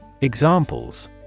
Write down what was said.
Examples